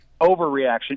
overreaction